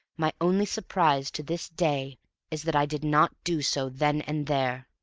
my only surprise to this day is that i did not do so then and there.